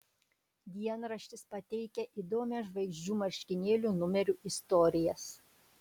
dienraštis pateikia įdomias žvaigždžių marškinėlių numerių istorijas